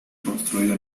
construido